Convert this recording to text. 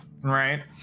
right